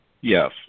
Yes